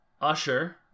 Usher